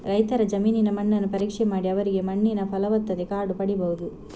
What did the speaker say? ರೈತರ ಜಮೀನಿನ ಮಣ್ಣನ್ನು ಪರೀಕ್ಷೆ ಮಾಡಿ ಅವರಿಗೆ ಮಣ್ಣಿನ ಫಲವತ್ತತೆ ಕಾರ್ಡು ಪಡೀಬಹುದು